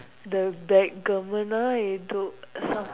the back